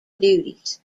duties